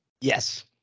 Yes